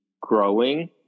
growing